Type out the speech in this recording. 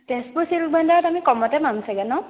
Tezpur silk ভাণ্ডাৰত আমি কমতে পাম চাগে ন